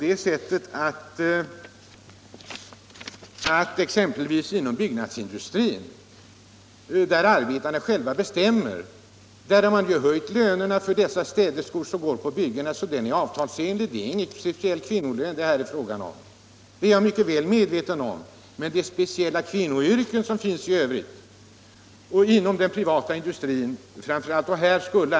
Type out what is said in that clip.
Exempelvis inom byggnadsindustrin, där arbetarna själva bestämmer, har lönerna för de städerskor som arbetar på byggen höjts väsentligt i förhållande till vad som är rådande i andra liknande sammanhang. Jag är mycket väl medveten om att det inte är några speciella kvinnolöner det är frågan om, men det finns speciella kvinnoyrken framför allt inom den privata industrin.